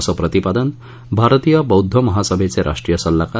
असं प्रतिपादन भारतीय बौद्ध महासभेचे राष्ट्रीय सल्लागार